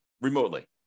remotely